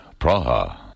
Praha